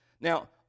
Now